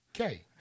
Okay